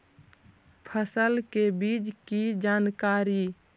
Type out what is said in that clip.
फसल के बीज की जानकारी?